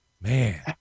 man